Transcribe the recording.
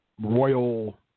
Royal